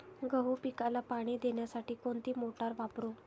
गहू पिकाला पाणी देण्यासाठी कोणती मोटार वापरू?